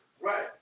Right